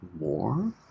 more